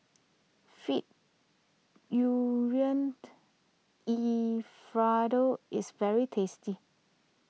Fee Alfredo is very tasty